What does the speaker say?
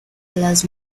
las